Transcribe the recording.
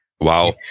wow